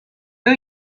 who